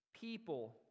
people